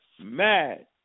Mad